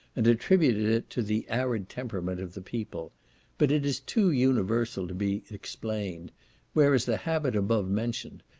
and attributed it to the arid temperament of the people but it is too universal to be explained whereas the habit above mentioned,